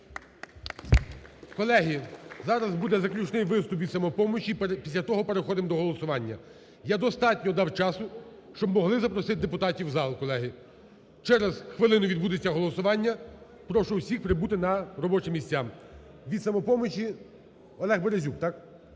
Колеги, зараз буде заключний виступ від "Самопомочі", після того переходимо до голосування. Я достатньо дав часу, щоб могли запросити депутатів в зал, колеги. Через хвилину відбудеться голосування, прошу всіх прибути на робочі місця. Від "Самопомочі" Олег Березюк, так?